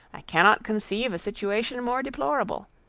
i cannot conceive a situation more deplorable.